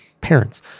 parents